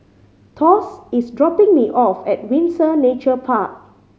Thos is dropping me off at Windsor Nature Park